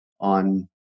on